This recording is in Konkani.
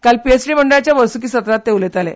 काल पीएचडी मंडळाच्या वर्सुकी सत्रांत ते उलयताले